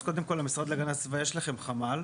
אז קודם כל המשרד להגנת הסביבה יש לכם חמ"ל,